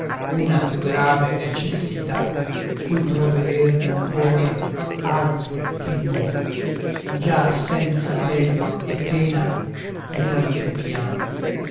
una più grave necessità cui provveder non puote altri che noi già senza tedio e pena non adempiam